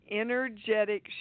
energetic